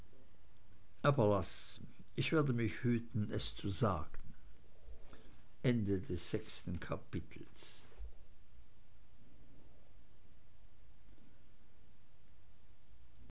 ach laß ich werde mich hüten es zu sagen